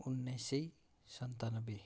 उन्नाइस सय सन्तानब्बे